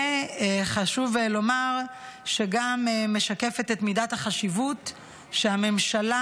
וחשוב לומר שגם משקפת את מידת החשיבות שהממשלה